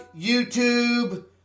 YouTube